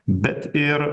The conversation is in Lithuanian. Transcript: bet ir